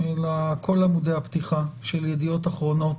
אלא כל עמודי הפתיחה של ידיעות אחרונות,